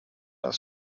das